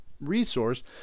resource